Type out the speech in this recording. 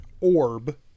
orb